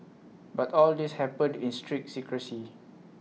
but all this happened in strict secrecy